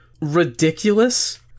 ridiculous